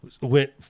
went